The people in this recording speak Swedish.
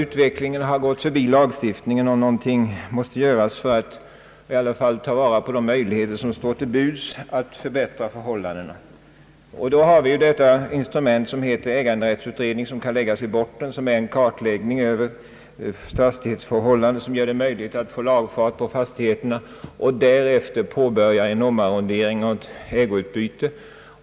Utvecklingen har gått förbi lagstiftningen, och någonting måste göras för att ta vara på de möjligheter som står till buds att förbättra förhållandena. Vi har det instrument som heter äganderättsutredning, en kartläggning över fastighetsförhållandena, som gör det möjligt att få lagfart på fastigheterna och därefter påbörja en omarrondering och ett ägoutbyte.